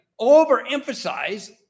overemphasize